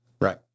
Right